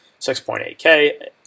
6.8K